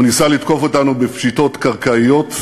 הוא ניסה לתקוף אותנו בפשיטות קרקעיות,